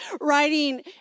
writing